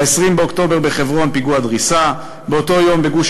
באותו יום,